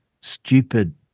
stupid